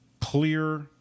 clear